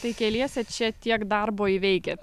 tai keliese čia tiek darbo įveikiat